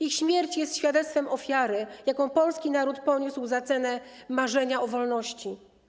Ich śmierć jest świadectwem ofiary, jaką polski naród poniósł za cenę marzenia o wolności.